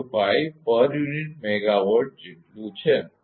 005 પર unit megawatt જેટલું છે